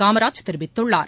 காமராஜ் தெரிவித்துள்ளார்